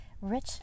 Rich